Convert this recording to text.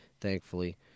Thankfully